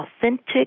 authentic